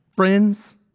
Friends